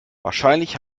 wahrscheinlich